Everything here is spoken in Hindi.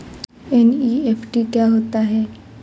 एन.ई.एफ.टी क्या होता है?